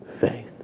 faith